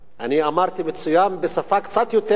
אני אמרתי מצוין בשפה קצת יותר,